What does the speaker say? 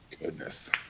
Goodness